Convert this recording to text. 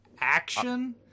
action